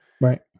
Right